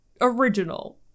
Original